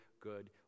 good